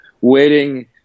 waiting